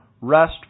rest